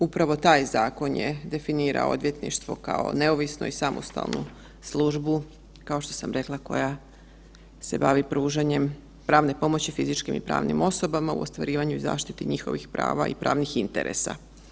Upravo taj zakon je definirao odvjetništvo kao neovisnu i samostalnu službu, kao što sam rekla, koja se bavi pružanjem pravne pomoći fizičkim i pravnim osobama u ostvarivanju i zaštiti njihovih prava i pravnih interesa.